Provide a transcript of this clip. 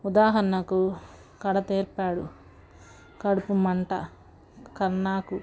ఉదాహరణకు కడతేర్చాడు కడుపు మంట కన్నాకు